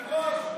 התשפ"ב 2022,